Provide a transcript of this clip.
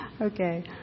Okay